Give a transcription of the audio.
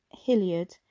Hilliard